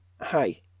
hi